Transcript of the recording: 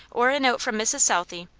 or a note from mrs. southey,